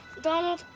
donald,